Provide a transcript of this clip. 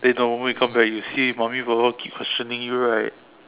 then the moment you come back you see mummy papa keep questioning you right